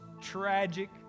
tragic